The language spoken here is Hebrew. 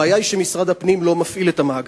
הבעיה היא שמשרד הפנים לא מפעיל את המאגר.